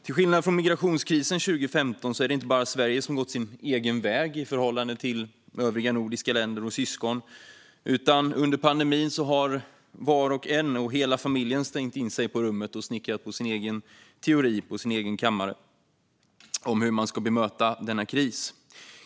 Till skillnad från vid migrationskrisen 2015 är det inte bara Sverige som gått sin egen väg i förhållande till övriga nordiska länder och syskon, utan under pandemin har var och en och hela familjen stängt in sig på sin egen kammare och snickrat på sin egen teori om hur man ska bemöta denna kris.